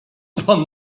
pan